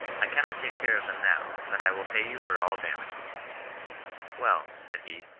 i cannot take care of them now, but i will pay you for all da mages well said he,